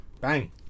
Bang